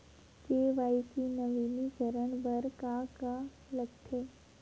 KYC नवीनीकरण बर का का लगथे?